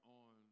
on